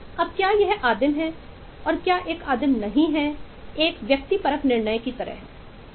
अब क्या एक आदिम है और क्या एक आदिम नहीं है एक व्यक्तिपरक निर्णय की तरह है